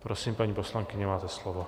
Prosím, paní poslankyně, máte slovo.